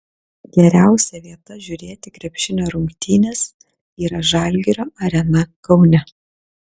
geriausia vieta žiūrėti krepšinio rungtynes yra žalgirio arena kaune